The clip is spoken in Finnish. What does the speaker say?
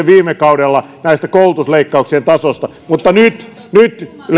viime kaudella välikysymyksen näiden koulutusleikkauksien tasosta mutta nyt nyt on